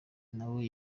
nawe